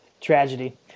Tragedy